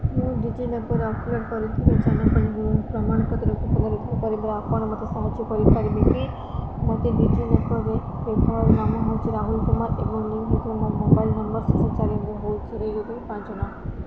ମୁଁ ଡିଜିଲକର୍ରେ ଅପଲୋଡ଼୍ କରିଥିବା ଯାନ ପଞ୍ଜିକରଣ ପ୍ରମାଣପତ୍ରକୁ ପୁନରୁଦ୍ଧାର କରିବାରେ ଆପଣ ମୋତେ ସାହାଯ୍ୟ କରିପାରିବେ କି ମୋର ଡିଜିଲକର ବ୍ୟବହାରକାରୀ ନାମ ହେଉଛି ରାହୁଲ କୁମାର ଏବଂ ଲିଙ୍କ୍ ହୋଇଥିବା ମୋ ମୋବାଇଲ୍ ନମ୍ବର୍ର ଶେଷ ଚାରି ଅଙ୍କ ହେଉଛି ଏକ ଦୁଇ ପାଞ୍ଚ ନଅ